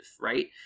right